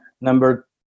number